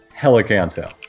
Helicanto